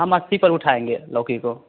हम अस्सी पर उठाएँगे लौकी को